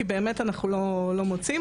כי באמת אנחנו לא מוצאים,